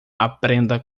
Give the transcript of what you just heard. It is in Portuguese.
aprenda